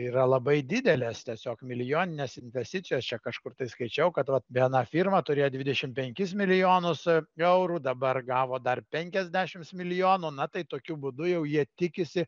yra labai didelės tiesiog milijoninės investicijos čia kažkur skaičiau kad vat viena firma turėjo dvidešim penkis milijonus eurų dabar gavo dar penkiasdešims milijonų na tai tokiu būdu jie tikisi